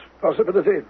Possibility